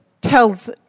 tells